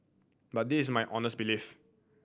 but this is my honest belief